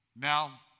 Now